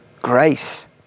grace